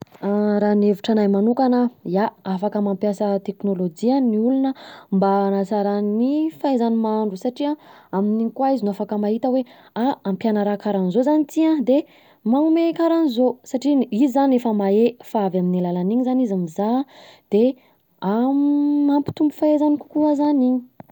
Raha ny hevitra anahy manokana, ia, Afaka mampiasa teknolojia ny olona mba hanatsarany ny fahaizany mahandro satria, amin'iny koa izy no afaka mahita hoe: a, ampiana raha karanzao zany ty an, de, manome karanza, satria izy zany efa mahe fa avy amin'ny alalan'niny zany mizaha de mampitombo fahaizany kokoa zany iny.